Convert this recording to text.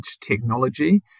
technology